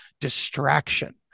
distraction